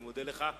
אני מודה לך.